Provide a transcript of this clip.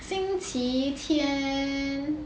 星期天